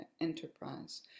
enterprise